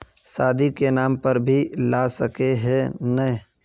शादी के नाम पर भी ला सके है नय?